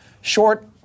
short